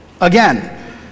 again